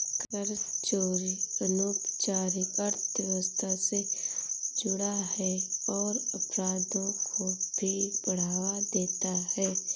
कर चोरी अनौपचारिक अर्थव्यवस्था से जुड़ा है और अपराधों को भी बढ़ावा देता है